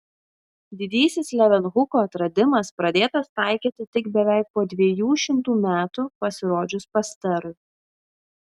didysis levenhuko atradimas pradėtas taikyti tik beveik po dviejų šimtų metų pasirodžius pasterui